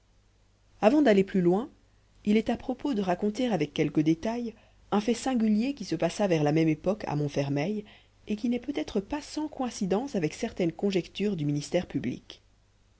avant d'aller plus loin il est à propos de raconter avec quelque détail un fait singulier qui se passa vers la même époque à montfermeil et qui n'est peut-être pas sans coïncidence avec certaines conjectures du ministère public